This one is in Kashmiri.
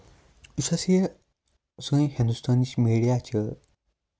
یُس اَسہِ یہِ سٲنِس ہِندوستانٕچ میٖڈیا چھِ